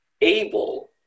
able